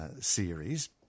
series